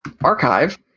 archive